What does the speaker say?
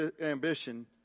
ambition